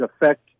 affect